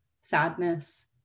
sadness